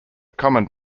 common